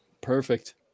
Perfect